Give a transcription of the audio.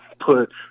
put